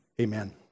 Amen